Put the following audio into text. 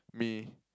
me